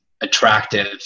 attractive